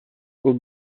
eau